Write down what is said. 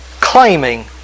claiming